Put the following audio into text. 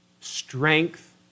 Strength